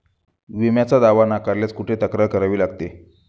विम्याचा दावा नाकारल्यास कुठे तक्रार करावी लागते?